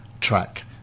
track